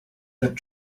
that